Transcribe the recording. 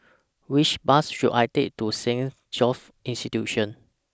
Which Bus should I Take to Saint Joseph's Institution